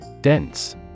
Dense